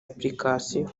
application